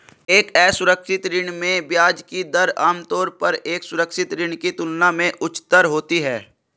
एक असुरक्षित ऋण में ब्याज की दर आमतौर पर एक सुरक्षित ऋण की तुलना में उच्चतर होती है?